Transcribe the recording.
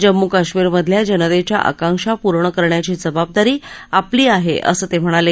जम्मू कश्मीरमधल्या जनतेच्या आकांक्षा पूर्ण करण्याची जबाबदारी आपली आहे असं ते म्हणाले